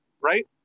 right